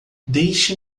deixe